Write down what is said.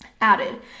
added